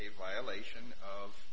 a violation of